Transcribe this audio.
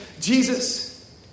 Jesus